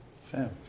Sam